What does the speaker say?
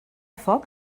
foc